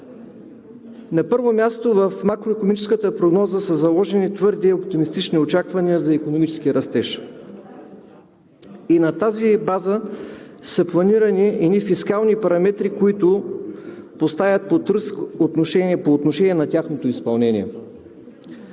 На първо място, в макроикономическата прогноза са заложени твърде оптимистични очаквания за икономически растеж и на тази база са планирани едни фискални параметри, които поставят под риск тяхно изпълнение.